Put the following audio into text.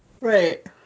Right